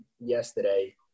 yesterday